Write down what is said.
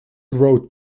wrote